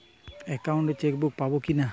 Account chequebook পাবো কি না?